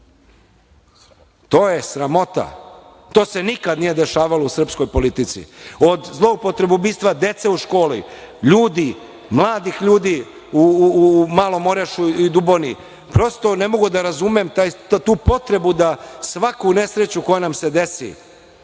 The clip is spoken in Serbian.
je sramota. To se nikad nije dešavalo u srpskoj politici, od zloupotrebe ubistva dece u školi, ljudi, mladih ljudi u Malom Orašju i Duboni. Prosto, ne mogu da razumem tu potrebu da svaku nesreću koja nam se desi